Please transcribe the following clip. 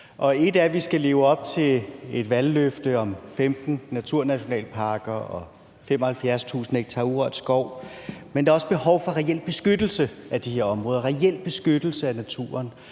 Et er, at vi skal leve op til et valgløfte om 15 naturnationalparker og 75.000 ha urørt skov; noget andet er, at der også er behov for reel beskyttelse af de her områder, reel beskyttelse af naturen.